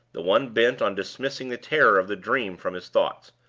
the one bent on dismissing the terror of the dream from his thoughts,